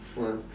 why